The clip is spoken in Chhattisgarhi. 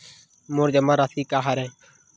मोर जमा राशि का हरय?